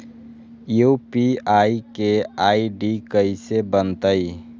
UPI के ID कैसे बनतई?